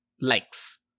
likes